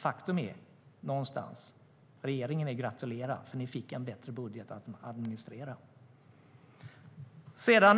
Faktum är att regeringen någonstans är att gratulera. Ni fick en bättre budget att administrera. Sedan